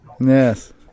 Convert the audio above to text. Yes